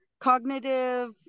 cognitive